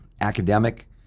academic